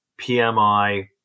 PMI